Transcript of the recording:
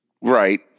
Right